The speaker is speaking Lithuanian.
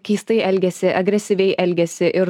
keistai elgiasi agresyviai elgiasi ir